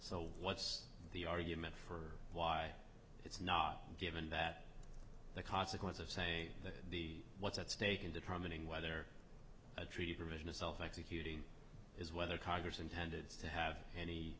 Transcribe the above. so what's the argument for why it's not given that the consequence of saying that the what's at stake in determining whether a treat original self executing is whether congress intended to have any